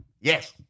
Yes